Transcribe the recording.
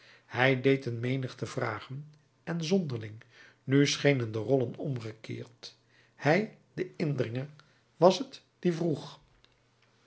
hij deed een menigte vragen en zonderling nu schenen de rollen omgekeerd hij de indringer was t die vroeg